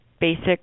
basic